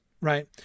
right